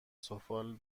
سفال